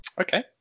Okay